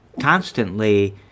constantly